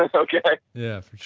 like okay? yeah,